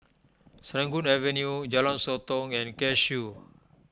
Serangoon Avenue Jalan Sotong and Cashew